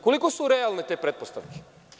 Koliko su realne te pretpostavke?